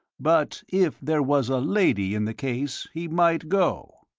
but if there was a lady in the case he might go.